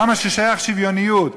כמה ששייך שוויוניות.